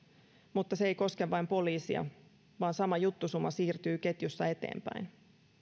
mutta se ei koske vain poliisia vaan sama juttusuma siirtyy ketjussa eteenpäin